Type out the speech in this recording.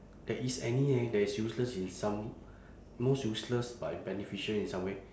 there is any eh that is useless in some most useless but beneficial in some way